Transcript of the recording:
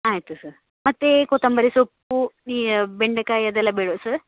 ಆಯಿತು ಸರ್ ಮತ್ತು ಕೊತ್ತಂಬರಿ ಸೊಪ್ಪು ಈ ಬೆಂಡೆಕಾಯಿ ಅದೆಲ್ಲ ಬೇಡವಾ ಸರ್